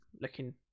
looking